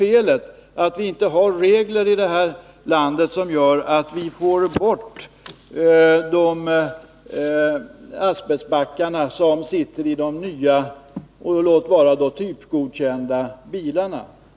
Felet är att det inte finns regler här i landet som innebär att man får bort asbestbromsbanden som sitter i de nya och låt vara typgodkända bilarna.